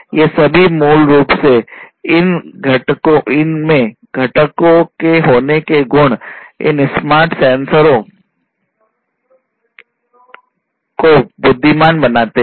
ये सभी मूल रूप से इन में घटकों के होने के गुण से इन स्मार्ट सेंसरों को बुद्धिमान बनाते हैं